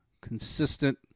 consistent